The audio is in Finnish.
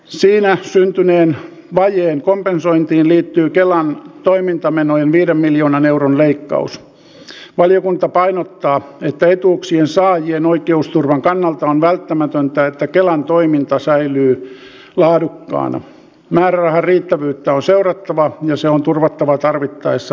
siellä syntyneen vajeen kompensointiin liittyy kelan toimintamenojen viedä miljoonan täytyy muistaa sekin että kun aalto yliopisto aikoinaan perustettiin sille luvattiin huomattavasti suuremmat määrärahat kuin aalto yliopisto on turvattava tarvittaessa